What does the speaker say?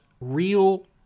real